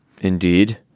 Indeed